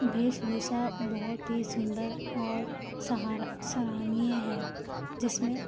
वेशभूषा बहुत ही सुंदर और सराहनीय है जिसमें